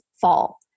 fall